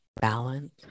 balance